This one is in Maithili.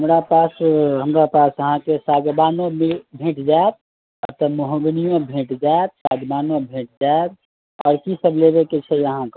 हमरा पास हमरा पास अहाँकेॅं सागवानो भेट जायत महोगनियो भेट जायत सागवानो भेट जायत आर की सब लेबै के छै अहाँकेॅं